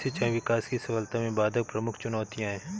सिंचाई विकास की सफलता में बाधक प्रमुख चुनौतियाँ है